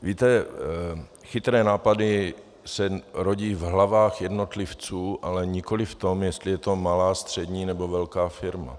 Víte, chytré nápady se rodí v hlavách jednotlivců, ale nikoliv v tom, jestli je to malá, střední nebo velká firma.